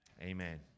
Amen